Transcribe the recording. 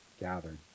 gathered